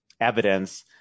evidence